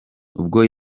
ubwo